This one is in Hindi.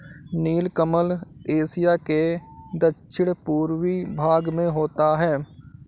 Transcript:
नीलकमल एशिया के दक्षिण पूर्वी भाग में होता है